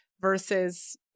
versus